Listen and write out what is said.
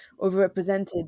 overrepresented